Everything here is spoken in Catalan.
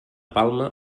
palma